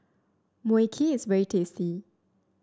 Mui Kee is very tasty